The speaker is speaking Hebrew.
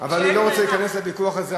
אבל אני לא רוצה להיכנס לוויכוח הזה.